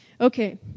Okay